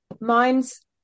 mine's